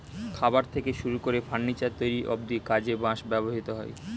খাবার থেকে শুরু করে ফার্নিচার তৈরি অব্ধি কাজে বাঁশ ব্যবহৃত হয়